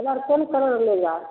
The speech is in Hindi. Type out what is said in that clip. कलर कौन कलर लेगा